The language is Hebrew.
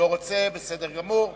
הוא לא רוצה, בסדר גמור.